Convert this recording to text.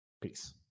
Peace